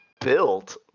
built